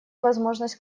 возможность